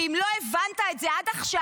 ואם לא הבנת את זה עד עכשיו,